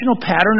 pattern